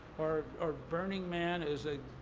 or or burning man is a,